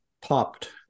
popped